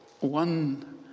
one